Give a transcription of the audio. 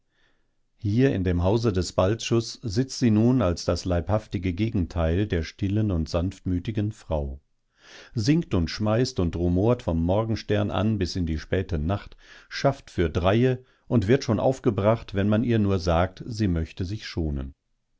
hier in dem hause des balczus sitzt sie nun als das leibhaftige gegenteil der stillen und sanftmütigen frau singt und schmeißt und rumort vom morgenstern an bis in die späte nacht schafft für dreie und wird schon aufgebracht wenn man ihr nur sagt sie möchte sich schonen